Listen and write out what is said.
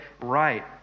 right